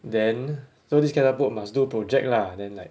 then so this catapult must do project lah then like